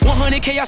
100k